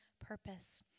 purpose